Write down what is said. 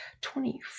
twenty